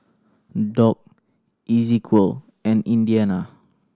Dock Ezequiel and Indiana